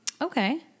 Okay